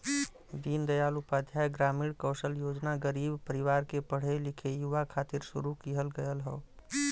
दीन दयाल उपाध्याय ग्रामीण कौशल योजना गरीब परिवार के पढ़े लिखे युवा खातिर शुरू किहल गयल हौ